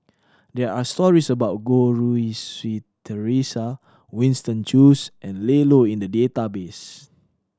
there are stories about Goh Rui Si Theresa Winston Choos and Ian Loy in the database